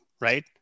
right